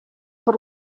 per